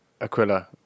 Aquila